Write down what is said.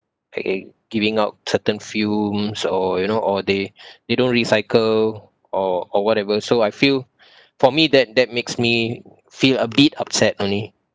uh giving out certain fumes or you know or they they don't recycle or or whatever so I feel for me that that makes me feel a bit upset only